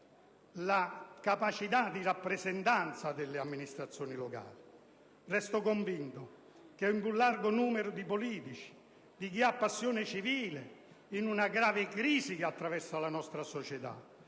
la capacità di rappresentanza dell'amministrazione locale. Resto convinto che un più largo numero di politici, di chi ha passione civile, nella grave crisi che attraversa la nostra società,